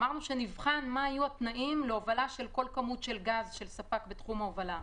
אמרנו שנבחן מה יהיו התנאים להובלה של כל כמות גז של ספק בתחום ההובלה.